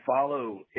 follow